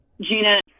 Gina